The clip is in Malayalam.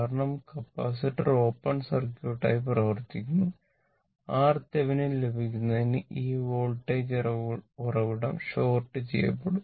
കാരണം കപ്പാസിറ്റർ ഓപ്പൺ സർക്യൂട്ട് ആയി പ്രവർത്തിക്കുന്നു RThevenin ലഭിക്കുന്നതിന് ഈ വോൾട്ടേജ് ഉറവിടം ഷോർട് ചെയ്യപ്പെടും